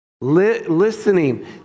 Listening